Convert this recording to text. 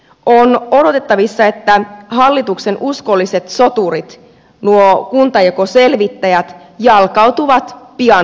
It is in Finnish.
on odotettavissa että hallituksen uskolliset soturit nuo kuntajakoselvittäjät jalkautuvat pian kuntiin